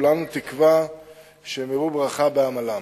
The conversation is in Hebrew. וכולנו תקווה שיראו ברכה בעמלם.